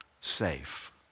safe